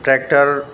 tractor